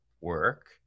work